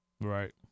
Right